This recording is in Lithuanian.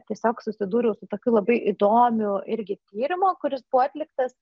tiesiog susidūriau su tokiu labai įdomiu irgi tyrimu kuris buvo atliktas